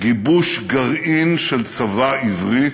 גיבוש גרעין של צבא עברי